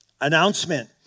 announcement